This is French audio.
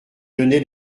donner